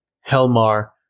Helmar